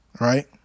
Right